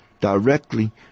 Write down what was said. directly